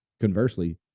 Conversely